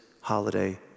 holiday